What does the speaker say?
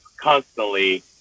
constantly